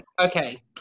Okay